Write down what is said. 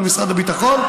מול משרד הביטחון,